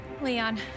Leon